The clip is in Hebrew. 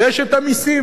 ויש המסים,